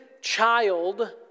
child